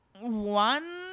One